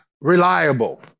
reliable